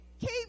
keep